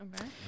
Okay